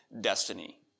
destiny